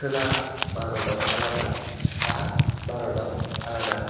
खोला भारताव आलादा साहा भारताव आलादा